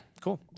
cool